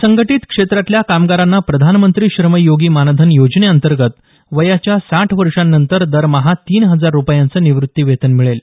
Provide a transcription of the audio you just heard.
असंघटित क्षेत्रातल्या कामगारांना प्रधानमंत्री श्रम योगी मानधन योजनेअंतर्गत वयाच्या साठ वर्षांनंतर दरमहा तीन हजार रुपयांचं निवृत्ती वेतन मिळेल